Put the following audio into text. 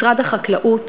משרד החקלאות